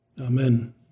Amen